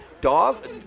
Dog